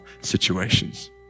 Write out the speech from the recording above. situations